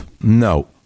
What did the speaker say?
No